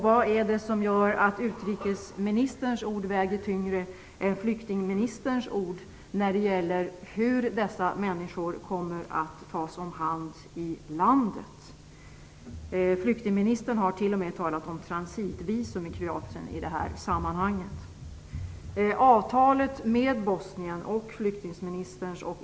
Vad är det som gör att utrikesministerns ord väger tyngre än flyktingministerns ord när det gäller hur dessa människor kommer att tas om hand i landet? Flyktingministern har t.o.m. talat om transitvisum i Kroatien i detta sammahang.